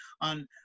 on